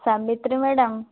Savitri madam